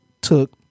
took